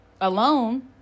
alone